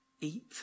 eat